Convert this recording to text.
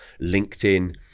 LinkedIn